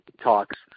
talks